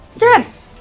yes